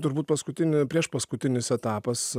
turbūt paskutinė priešpaskutinis etapas